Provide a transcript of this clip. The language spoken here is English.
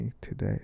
today